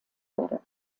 wurde